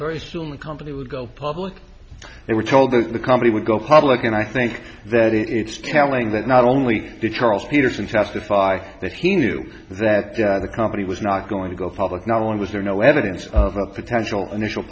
very soon the company would go public they were told that the company would go public and i think that it's telling that not only did charles peterson testify that he knew that the company was not going to go public not only was there no evidence of a potential initial